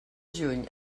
juny